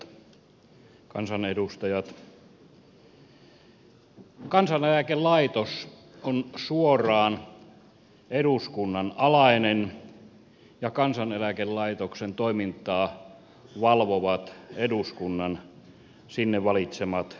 kansaneläkelaitos on suoraan eduskunnan alainen ja kansaneläkelaitoksen toimintaa valvovat eduskunnan sinne valitsemat valtuutetut